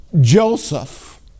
Joseph